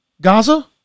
Gaza